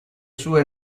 sue